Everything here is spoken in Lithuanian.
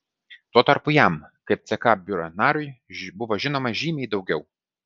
tuo tarpu jam kaip ck biuro nariui buvo žinoma žymiai daugiau